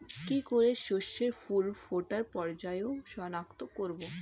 কি করে শস্যের ফুল ফোটার পর্যায় শনাক্ত করব?